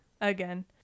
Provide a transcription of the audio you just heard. again